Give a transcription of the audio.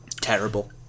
terrible